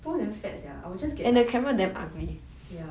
ya it sounds like